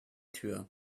tür